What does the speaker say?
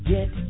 Get